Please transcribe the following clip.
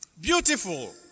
Beautiful